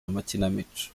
amakinamico